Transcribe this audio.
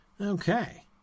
Okay